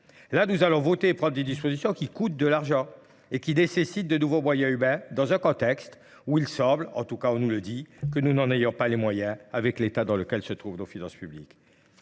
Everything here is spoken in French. Là, nous allons voter et prendre des dispositions qui coûtent de l'argent et qui nécessitent de nouveaux moyens humains dans un contexte où il semble, en tout cas on nous le dit, que nous n'en ayons pas les moyens avec l'état dans lequel se trouve nos finances publiques.